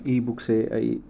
ꯏꯕꯨꯛꯁꯦ ꯑꯩ